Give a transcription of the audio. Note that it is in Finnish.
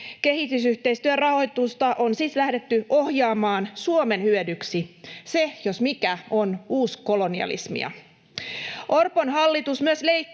Kehitysyhteistyön rahoitusta on siis lähdetty ohjaamaan Suomen hyödyksi — se, jos mikä, on uuskolonialismia. Orpon hallitus myös leikkaa